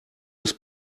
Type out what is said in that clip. des